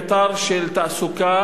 קטר של תעסוקה,